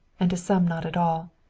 and to some not at all.